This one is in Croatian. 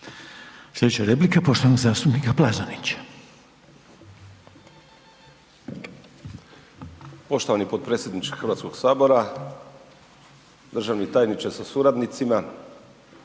Slijedeće replike poštovanog zastupnika Ante Babića.